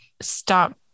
stop